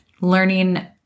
learning